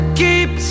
keep